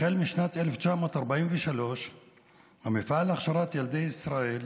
מאז שנת 1943 המפעל להכשרת ילדי ישראל